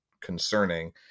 concerning